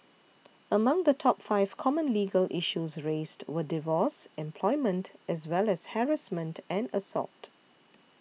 among the top five common legal issues raised were divorce employment as well as harassment and assault